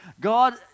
God